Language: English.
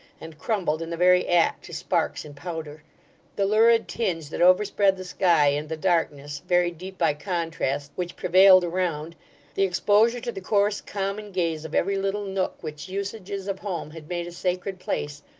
and crumbled in the very act to sparks and powder the lurid tinge that overspread the sky, and the darkness, very deep by contrast, which prevailed around the exposure to the coarse, common gaze, of every little nook which usages of home had made a sacred place,